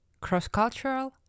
cross-cultural